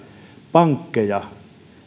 pankkeja